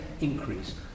increase